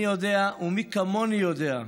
אני יודע, ומי כמוני יודע,